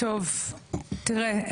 טוב תראה,